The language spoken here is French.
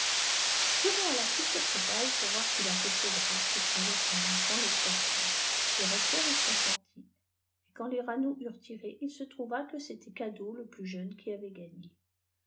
à la plus courte paille pour voir qui la possédera s écrièrent en même temps les trois frères le recteur y consentit et quand les rannou eurent tiré il se trouva que célait rado le plus jeune qui avait gagné